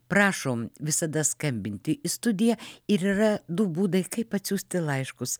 prašom visada skambinti į studiją ir yra du būdai kaip atsiųsti laiškus